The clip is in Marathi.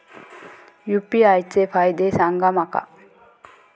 यू.पी.आय चे फायदे सांगा माका?